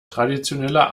traditioneller